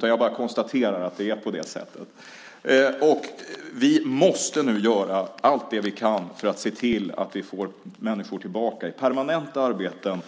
Jag bara konstaterar att det är på det sättet. Vi måste nu göra allt det vi kan för att se till att vi får tillbaka människor i permanenta arbeten,